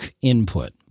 input